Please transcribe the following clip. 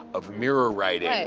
of mirror writing,